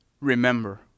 remember